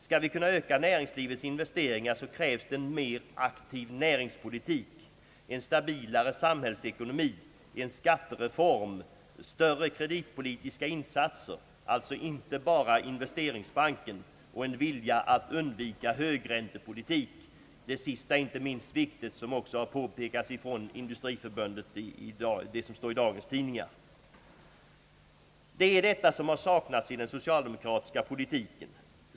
Skall vi kunna öka näringslivets investeringar så krävs det en mer aktiv näringspolitik — en stabilare samhällsekonomi, en skattereform, större kreditpolitiska insatser, alltså inte bara investeringsbanken, och en vilja att undvika högräntepolitik — det senaste inte minst viktigt som också påpekats från Industriförbundet i dagens tidningar. Det är detta som saknats i den socialdemokratiska politiken.